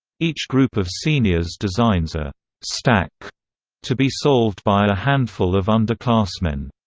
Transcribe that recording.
each group of seniors designs a stack to be solved by a handful of underclassmen.